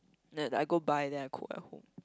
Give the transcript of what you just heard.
that I go buy and then I cook at home